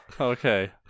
okay